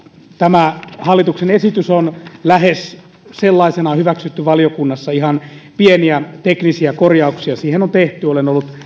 tämä hallituksen esitys on lähes sellaisenaan hyväksytty valiokunnassa ihan pieniä teknisiä korjauksia siihen on tehty olen ollut